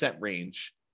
range